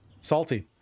salty